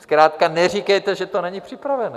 Zkrátka neříkejte, že to není připravené.